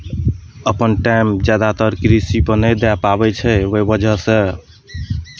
अपन टाइम ज्यादातर कृषिपर नहि दए पाबै छै ओहि वजहसँ